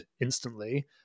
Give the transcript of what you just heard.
instantly